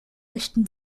rechten